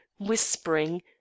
whispering